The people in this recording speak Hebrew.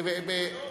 חינוך.